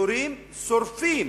יורים, שורפים,